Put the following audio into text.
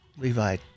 Levi